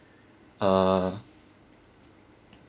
uh